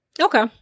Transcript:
Okay